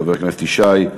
חבר הכנסת ישי,